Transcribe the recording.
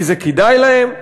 כי זה כדאי להם,